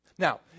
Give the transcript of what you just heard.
Now